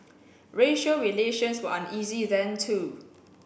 racial relations were uneasy then too